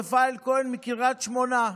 רפאל כהן מקריית שמונה,